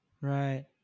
Right